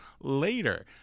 later